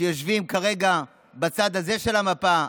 שיושבים כרגע בצד הזה של המפה,